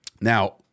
Now